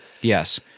Yes